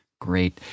Great